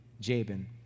Jabin